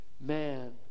Man